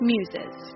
Muses